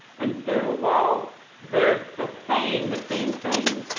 and so, while they are still saying the same thing,